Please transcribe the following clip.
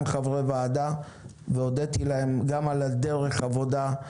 חברי ועדה והודיתי להם גם על דרך העבודה,